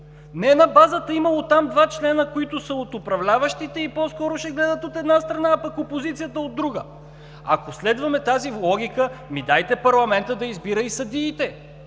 не на базата, че имало там два члена, които са от управляващите, и по-скоро ще гледат от една страна, а пък опозицията, от друга. Ако следваме тази логика, дайте парламентът да избира и съдиите,